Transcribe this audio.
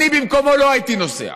אני במקומו לא הייתי נוסע,